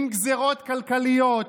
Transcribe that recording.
עם גזרות כלכליות,